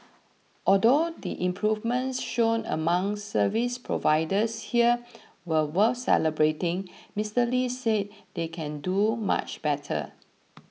although the improvements shown among service providers here were worth celebrating Mister Lee said they can do much better